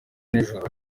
nijoro